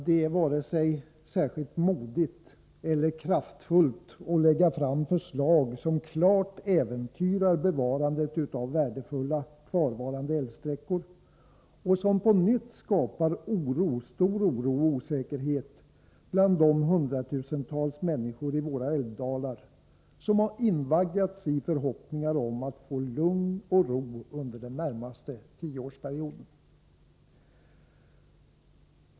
Det är varken särskilt modigt eller kraftfullt att lägga fram förslag som klart äventyrar bevarandet av värdefulla kvarvarande älvsträckor och som på nytt skapar stor oro och osäkerhet bland de hundratusentals människor i våra älvdalar som invaggats i förhoppningar om att få lugn och ro under den närmaste tioårsperioden.